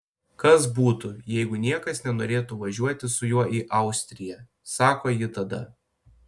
kas būtų jeigu niekas nenorėtų važiuoti su juo į austriją sako ji tada